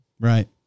Right